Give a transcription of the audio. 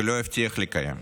ולא הבטיח לקיים.